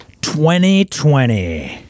2020